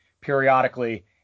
periodically